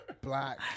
black